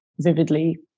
vividly